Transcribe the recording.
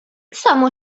samo